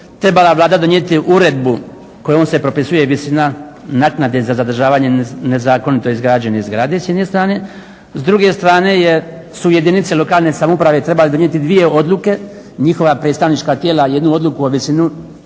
trebala donijeti uredbu kojom se propisuje visina naknade za zadržavanje nezakonito izgrađene zgrade s jedne strane, s druge strane je, su jedinice lokalne samouprave trebale donijeti dvije odluke. Njihova predstavnička tijela, jednu odluku o visini